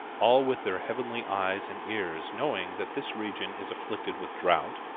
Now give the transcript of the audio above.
all with their heavenly eyes and ears knowing that this region is afflicted with drought,